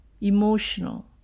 emotional